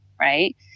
right